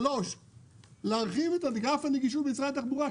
3. להרחיב את אגף הנגישות במשרד התחבורה.